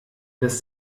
des